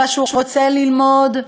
אלא הוא רוצה ללמוד,